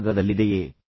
ಕೆಳಭಾಗದಲ್ಲಿದೆಯೇ